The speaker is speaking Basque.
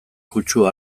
kutsua